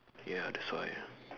ya that's why